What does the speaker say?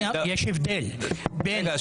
יש הבדל -- רגע,